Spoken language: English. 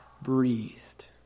breathed